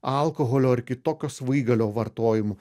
alkoholio ar kitokio svaigalio vartojimu